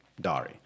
Dari